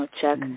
check